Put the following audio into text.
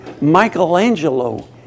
Michelangelo